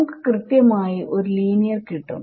നമുക്ക് കൃത്യമായി ഒരു ലീനിയർ കിട്ടും